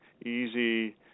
easy